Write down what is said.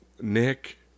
Nick